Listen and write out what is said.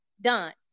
Done